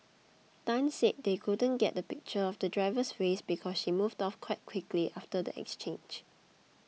Tan said they couldn't get the pictures of the driver's face because she moved off quite quickly after the exchange